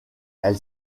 elle